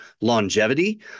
longevity